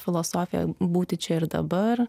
filosofija būti čia ir dabar